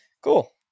Cool